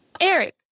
Eric